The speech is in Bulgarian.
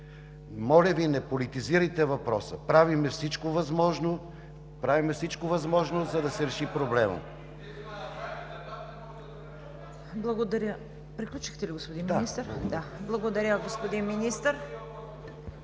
Моля Ви, не политизирайте въпроса. Правим всичко възможно, за да се реши проблемът.